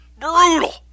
Brutal